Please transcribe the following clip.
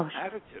attitude